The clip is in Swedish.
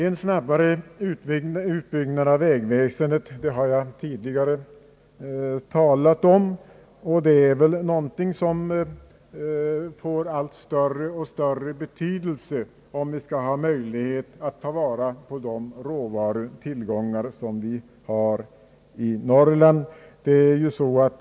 En snabbare utbyggnad av vägväsendet, som jag tidigare talat om, får väl allt större betydelse för möjligheterna att ta vara på de råvarutillgångar som vi har i Norrland.